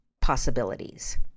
possibilities